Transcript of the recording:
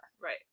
Right